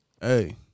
Hey